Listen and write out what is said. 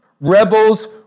rebels